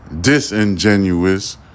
disingenuous